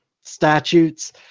statutes